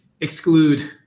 exclude